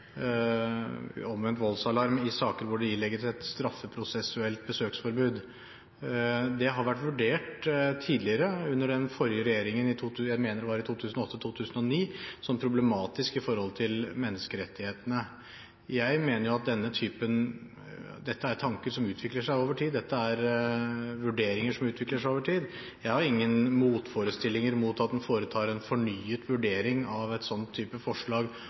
voldsalarm i saker hvor det ilegges et straffeprosessuelt besøksforbud. Det har vært vurdert tidligere – under den forrige regjeringen, jeg mener det var i 2008–2009 – som problematisk i forhold til menneskerettighetene. Jeg mener at dette er tanker som utvikler seg over tid, dette er vurderinger som utvikler seg over tid. Jeg har ingen motforestillinger mot at en foretar en fornyet vurdering av en slik type forslag